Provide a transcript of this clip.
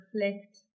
reflect